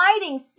fighting